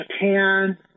Japan